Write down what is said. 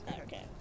okay